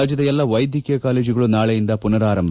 ರಾಜ್ಯದ ಎಲ್ಲಾ ವೈದ್ಯಕೀಯ ಕಾಲೇಜುಗಳು ನಾಳೆಯಿಂದ ಪುನರಾರಂಭ